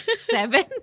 seven